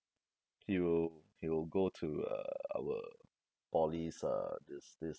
he will he'll go to uh our poly's uh this this